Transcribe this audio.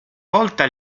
volta